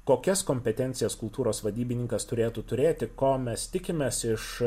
kokias kompetencijas kultūros vadybininkas turėtų turėti ko mes tikimės iš